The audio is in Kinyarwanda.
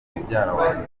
mubyara